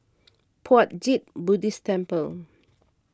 Puat Jit Buddhist Temple